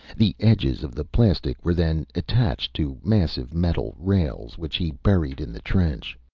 the edges of the plastic were then attached to massive metal rails, which he buried in the trench.